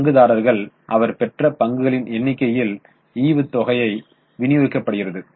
பங்குதாரர்கள் அவர் பெற்ற பங்குகளின் எண்ணிக்கையில் ஈவுத்தொகை விநியோகிக்கப்படுகிறது